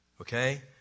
Okay